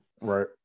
Right